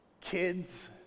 kids